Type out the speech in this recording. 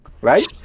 right